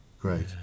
Great